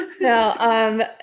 No